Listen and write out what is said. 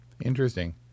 Interesting